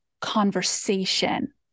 conversation